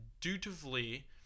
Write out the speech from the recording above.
dutifully